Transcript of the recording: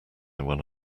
one